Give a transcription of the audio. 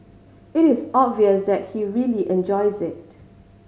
it is obvious that he really enjoys it